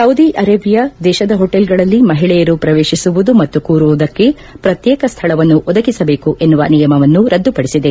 Saudi Arabia ದೇಶದ ಹೋಟೆಲ್ಗಳಲ್ಲಿ ಮಹಿಳಯರು ಪ್ರವೇಶಿಸುವುದು ಮತ್ತು ಕೂರುವುದಕ್ಕೆ ಪ್ರತ್ಯೇಕ ಸ್ಥಳವನ್ನು ಒದಗಿಸಬೇಕು ಎನ್ನುವ ನಿಯಮವನ್ನು ರದ್ದುಪಡಿಸಿದೆ